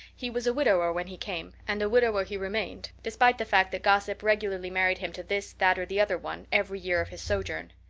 he was a widower when he came, and a widower he remained, despite the fact that gossip regularly married him to this, that, or the other one, every year of his sojourn.